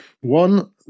One